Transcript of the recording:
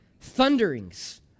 thunderings